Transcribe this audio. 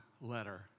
letter